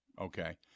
okay